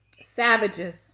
Savages